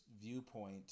viewpoint